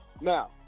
Now